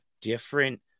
different